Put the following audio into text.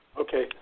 Okay